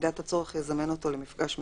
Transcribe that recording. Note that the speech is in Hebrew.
ובמידת הצורך יזמן אותו למפגש מסכם.